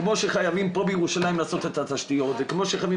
כמו שחייבים פה בירושלים לעשות את התשתיות וכמו שחייבים